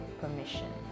permission